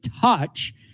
touch